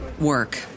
work